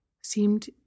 seemed